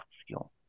skill